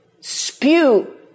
spew